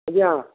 ଆଜ୍ଞା